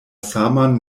saman